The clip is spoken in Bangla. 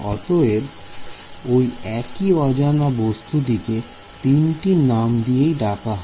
অতএব ওই একই অজানা বস্তুটিকে তিনটি নাম দিয়েই ডাকা হয়